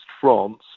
France